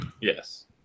Yes